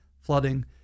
flooding